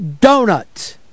donut